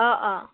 অঁ অঁ